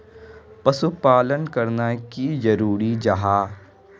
पशुपालन करना की जरूरी जाहा?